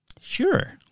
sure